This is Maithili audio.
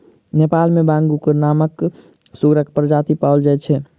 नेपाल मे बांगुर नामक सुगरक प्रजाति पाओल जाइत छै